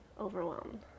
overwhelmed